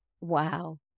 Wow